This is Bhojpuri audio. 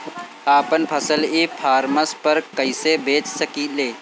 आपन फसल ई कॉमर्स पर कईसे बेच सकिले?